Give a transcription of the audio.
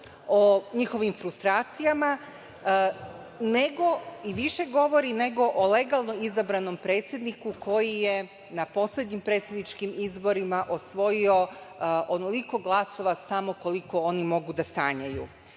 o njihovim frustracijama, nego o legalno izabranom predsedniku koji je na poslednjim predsedničkim izborima osvojio onoliko glasova, samo koliko oni mogu da sanjaju. Zbog